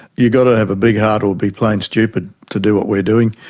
you've got to have a big heart or be plain stupid to do what we're doing.